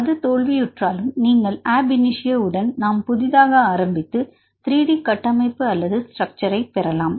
அது தோல்வியுற்றாலும் நீங்கள் ab initio உடன் நாம் புதிதாக ஆரம்பித்து 3 டி கட்டமைப்பு அல்லது ஸ்ட்ரக்சர் பெறலாம்